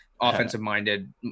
offensive-minded